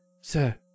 Sir